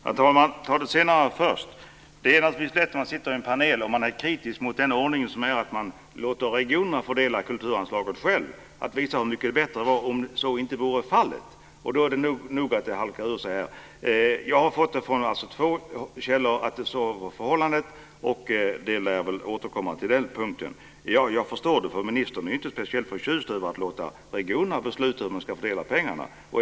Herr talman! Jag tar det senare först. När man sitter i en panel och är kritisk mot ordningen att regionerna får fördela kulturanslaget själva är det förstås lätt att visa hur mycket bättre det hade varit om så inte varit fallet. Då kan sådant här halka ut. Jag har från två källor fått veta att så var förhållandet. Vi lär väl återkomma till den punkten. Jag kan förstå detta, för ministern är ju inte speciellt förtjust i att låta regionerna besluta hur man ska fördela pengarna.